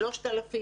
3,000,